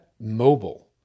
mobile